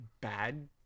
bad